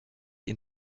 ihn